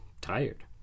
tired